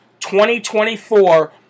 2024